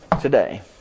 today